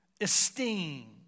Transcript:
esteem